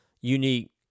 unique